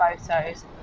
photos